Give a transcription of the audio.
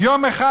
יום אחד,